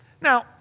Now